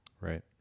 Right